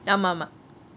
ஆமா ஆமா:aama aama